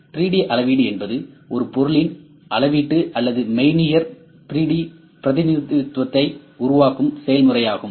3D அளவீடு என்பது ஒரு பொருளின் அளவீட்டு அல்லது மெய்நிகர் 3D பிரதிநிதித்துவத்தை உருவாக்கும் செயல்முறையாகும்